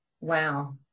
wow